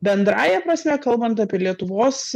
bendrąja prasme kalbant apie lietuvos